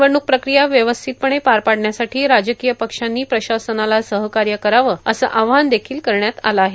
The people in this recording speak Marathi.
निवडणूक प्रक्रिया व्यवस्थितपणे पार पाडण्यासाठी राजकीय पक्षांनी प्रशासनाला सहकार्य करावे असे आवाहन करण्यात आलं आहे